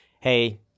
hey